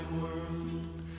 world